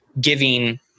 giving